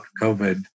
COVID